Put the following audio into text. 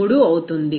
73 అవుతుంది